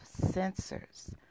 sensors